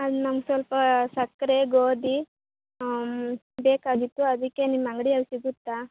ಹಾಂ ನನಗೆ ಸ್ವಲ್ಪ ಸಕ್ಕರೆ ಗೋಧಿ ಬೇಕಾಗಿತ್ತು ಅದಕ್ಕೆ ನಿಮ್ಮ ಅಂಗಡಿಯಲ್ಲಿ ಸಿಗುತ್ತಾ